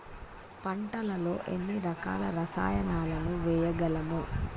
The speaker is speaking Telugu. పంటలలో ఎన్ని రకాల రసాయనాలను వేయగలము?